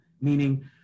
meaning